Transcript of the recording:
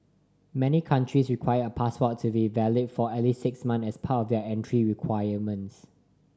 many countries require a passport to be valid for at least six months as part of their entry requirements